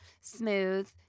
smooth